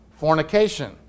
fornication